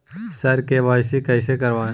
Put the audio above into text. sir KYC कैसे करवाएं